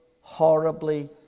horribly